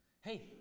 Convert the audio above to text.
hey